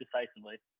decisively